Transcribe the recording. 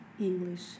English